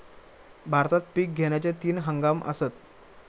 भारतात पिक घेण्याचे तीन हंगाम आसत